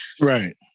Right